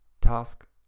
Task